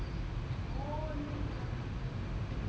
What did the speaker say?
satu dish